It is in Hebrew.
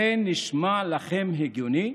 זה נשמע לכם הגיוני?